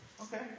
Okay